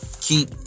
keep